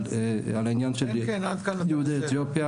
על העניין של יהודי אתיופיה.